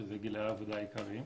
שאלו גילאי העבודה העיקריים.